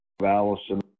Allison